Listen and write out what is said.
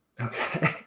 okay